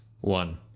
one